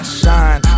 shine